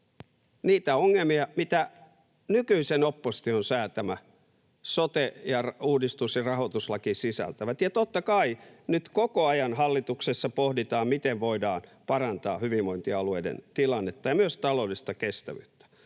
niitä ongelmia, mitä nykyisen opposition säätämä sote-uudistus ja rahoituslaki sisältävät, ja totta kai nyt koko ajan hallituksessa pohditaan, miten voidaan parantaa hyvinvointialueiden tilannetta ja myös taloudellista kestävyyttä.